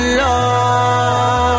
love